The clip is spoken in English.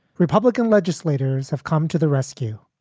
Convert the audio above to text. republican legislators have come to the rescue.